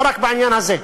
לא רק בעניין הזה.